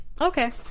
okay